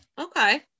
Okay